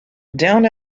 down